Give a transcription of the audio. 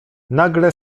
nagle